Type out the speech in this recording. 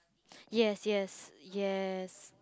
yes yes yes